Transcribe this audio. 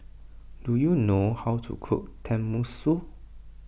do you know how to cook Tenmusu